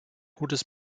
gutes